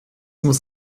muss